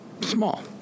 small